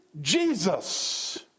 Jesus